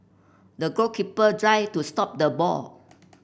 the goalkeeper dived to stop the ball